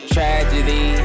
Tragedy